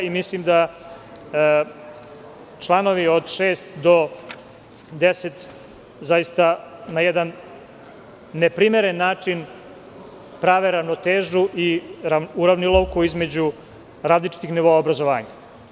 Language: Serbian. Mislim da članovi od 6. do 10. zaista na jedan neprimeren način prave ravnotežu i uravnilovku između različitih nivoa obrazovanja.